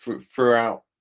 throughout